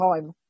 time